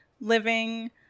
living